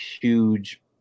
huge